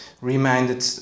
reminded